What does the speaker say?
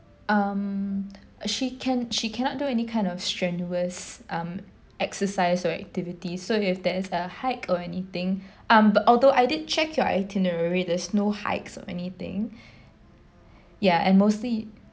um she can she cannot do any kind of strenuous um exercise or activity so if there is a hike or anything um although I did check your itinerary there's no hikes or anything ya and mostly